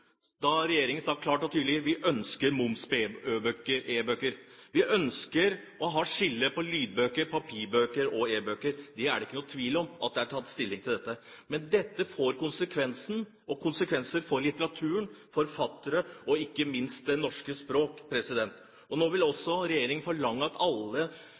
Da sa regjeringen klart og tydelig: Vi ønsker moms på e-bøker. Vi ønsker å skille mellom lydbøker, papirbøker og e-bøker. Det er ikke noen tvil om at det er tatt stilling til dette. Men dette får konsekvenser for litteraturen, for forfattere og ikke minst for det norske språket. Nå vil regjeringen forlange at man ved kjøp i alle